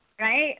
right